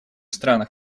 странах